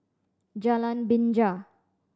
Jalan Binja